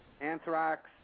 Anthrax